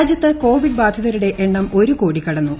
രാജ്യത്ത് കോവ്വിപ്പ് ബാധിതരുടെ എണ്ണം ഒരു കോടി കടന്നു